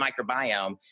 microbiome